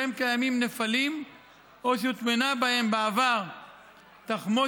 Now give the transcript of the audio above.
ובהם קיימים נפלים או שהוטמנו בהם בעבר תחמושת,